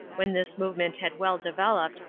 when this movement had well developed,